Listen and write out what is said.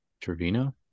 Trevino